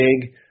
big